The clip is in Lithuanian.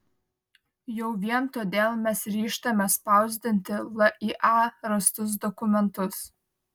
jau vien todėl mes ryžtamės spausdinti lya rastus dokumentus